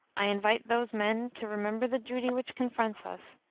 i invite those men to remember the duty which confronts us,